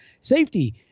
Safety